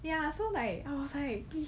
ya so like I was like